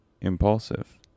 impulsive